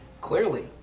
Clearly